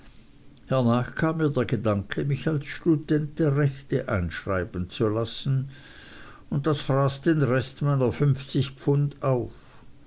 der gedanke mich als student der rechte einschreiben zu lassen und das fraß den rest meiner fünfzig pfund auf